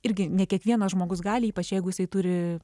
irgi ne kiekvienas žmogus gali ypač jeigu jisai turi